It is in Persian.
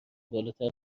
بالاتر